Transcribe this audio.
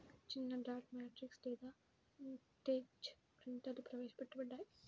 చిన్నడాట్ మ్యాట్రిక్స్ లేదా ఇంక్జెట్ ప్రింటర్లుప్రవేశపెట్టబడ్డాయి